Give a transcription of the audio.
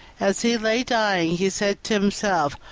as he lay dying, he said to himself,